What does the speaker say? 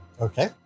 Okay